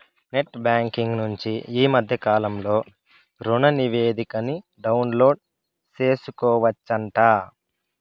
net banking నుంచి ఈ మద్దె కాలంలో రుణనివేదికని డౌన్లోడు సేసుకోవచ్చంట